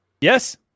Yes